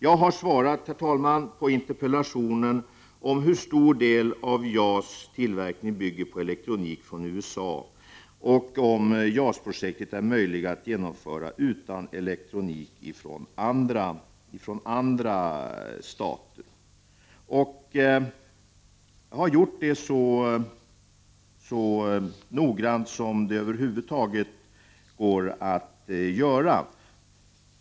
Jag har svarat på interpellationen om hur stor del av JAS-tillverkningen som bygger på elektronik från USA och om JAS-projektet är möjligt att genomföra utan elektronik från andra stater. Jag har gjort det så noggrant som det över huvud taget går att göra.